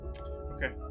Okay